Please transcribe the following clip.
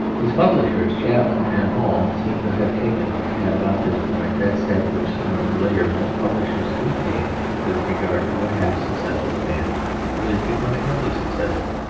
his publishers, chapman and hall, seem to have taken at about this point that step which sooner or later most publishers do take with regard to a half successful man who is becoming wholly successful.